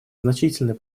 значительный